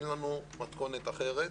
אין לנו מתכונת אחרת.